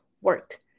work